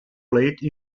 late